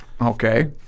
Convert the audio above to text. Okay